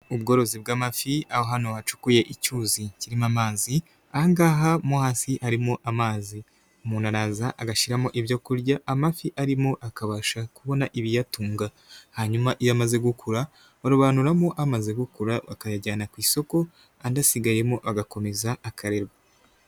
Ubworozi bw'amafi aho hano hacukuye icyuzi kirimo amazi, aha ngaha mo hasi harimo amazi, umuntu araza agashyiramo ibyo kurya amafi arimo akabasha kubona ibiyatunga, hanyuma iyo amaze gukura, barobanuramo amaze gukura bakayajyana ku isoko andi asigayemo agakomeza akarerwa.